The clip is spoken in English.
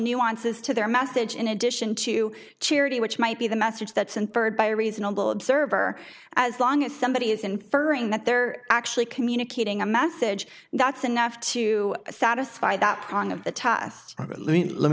nuances to their message in addition to charity which might be the message that's inferred by a reasonable observer as long as somebody is inferring that they're actually communicating a message that's enough to satisfy that prong of the